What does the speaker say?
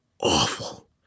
awful